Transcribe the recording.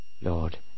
Lord